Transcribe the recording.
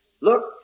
Look